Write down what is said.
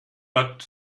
but